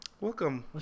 welcome